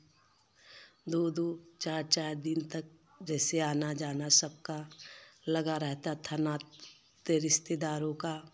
दो दो चार चार दिन तक जैसे आना जाना सबका लगा रहता था नाते रिश्तेदारों का